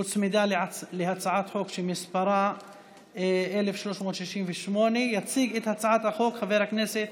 היא הוצמדה להצעת חוק שמספרה 1368. יציג את הצעת החוק חבר הכנסת